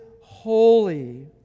holy